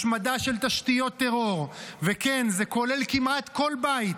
השמדה של תשתיות טרור, וכן, זה כולל כמעט כל בית.